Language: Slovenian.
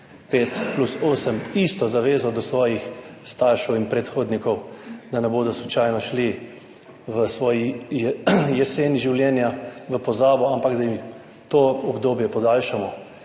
5 plus 8 isto zavezo do svojih staršev in predhodnikov, da ne bodo slučajno šli v svoji jeseni življenja v pozabo, ampak da jim to obdobje podaljšamo.